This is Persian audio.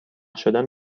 شدن